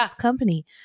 company